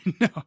No